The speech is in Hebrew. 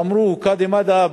ואמרו: קאדי מד'הב,